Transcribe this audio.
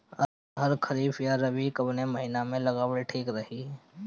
अरहर खरीफ या रबी कवने महीना में लगावल ठीक रही?